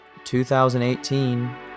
2018